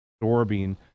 absorbing